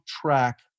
track